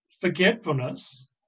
forgetfulness